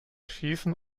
schießen